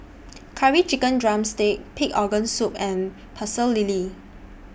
Curry Chicken Drumstick Pig Organ Soup and Pecel Lele